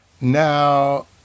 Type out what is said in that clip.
Now